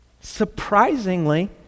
Surprisingly